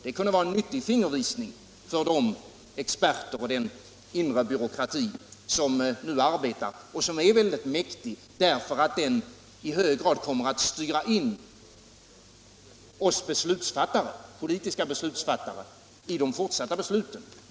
Det kunde vara en nyttig fingervisning för de experter och den inre byråkrati som nu arbetar och som är väldigt mäktiga, därför att de i hög grad kommer att styra oss politiska beslutsfattare in i de fortsatta besluten.